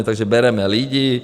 Takže bereme lidi.